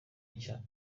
nshya